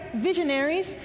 visionaries